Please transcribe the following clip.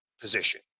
position